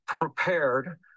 prepared